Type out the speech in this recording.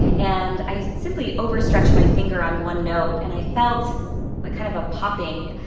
and i simply overstretched my finger on one note. and i felt a kind of a popping.